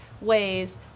ways